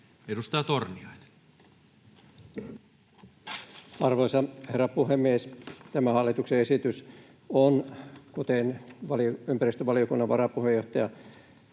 15:58 Content: Arvoisa herra puhemies! Tämä hallituksen esitys on — kuten ympäristövaliokunnan varapuheenjohtaja,